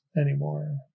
anymore